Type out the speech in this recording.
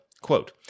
Quote